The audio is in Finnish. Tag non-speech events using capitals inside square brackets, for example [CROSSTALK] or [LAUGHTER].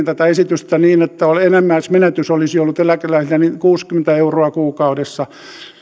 [UNINTELLIGIBLE] tätä esitystä korjattiin niin että enimmäismenetys olisi ollut eläkeläisillä kuusikymmentä euroa kuukaudessa